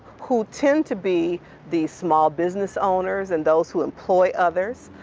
who tend to be the small business owners and those who employ others.